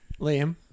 Liam